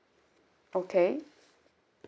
okay